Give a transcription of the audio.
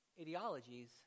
ideologies